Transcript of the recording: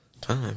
Time